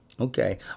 Okay